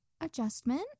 adjustment